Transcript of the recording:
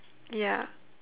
ya